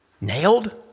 nailed